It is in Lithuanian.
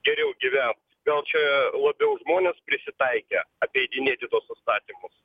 geriau gyvent gal čia labiau žmonės prisitaikę apeidinėti tuos įstatymus